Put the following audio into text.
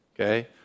Okay